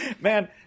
Man